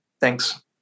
thanks